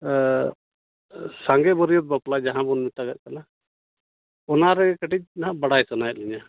ᱥᱟᱸᱜᱮ ᱵᱟᱹᱨᱭᱟᱹᱛ ᱵᱟᱯᱞᱟ ᱡᱟᱦᱟᱸ ᱵᱚ ᱢᱮᱛᱟᱜᱟᱜ ᱠᱟᱱᱟ ᱚᱱᱟ ᱨᱮᱜᱮ ᱠᱟᱹᱴᱤᱡ ᱦᱟᱸᱜ ᱵᱟᱰᱟᱭ ᱥᱟᱱᱟᱭᱮᱫ ᱞᱤᱧᱟᱹ